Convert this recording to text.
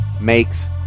makes